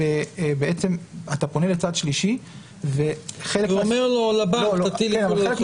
אתה פונה לצד שלישי --- ואומר לבנק להטיל עיקול.